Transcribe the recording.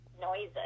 noises